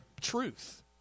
truth